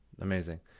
Amazing